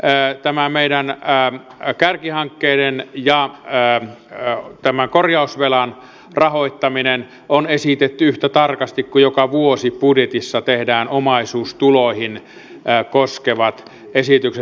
tämä meidän kärkihankkeiden ja tämän korjausvelan rahoittaminen on esitetty yhtä tarkasti kuin joka vuosi budjetissa tehdään omaisuustuloja koskevat esitykset